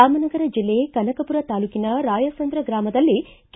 ರಾಮನಗರ ಜಿಲ್ಲೆ ಕನಕಪುರ ತಾಲೂಕಿನ ರಾಯಸಂದ್ರ ಗ್ರಾಮದಲ್ಲಿ ಕೆ